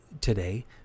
today